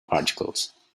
particles